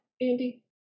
Andy